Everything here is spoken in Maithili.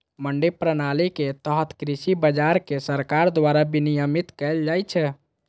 मंडी प्रणालीक तहत कृषि बाजार कें सरकार द्वारा विनियमित कैल जाइ छै